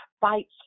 fights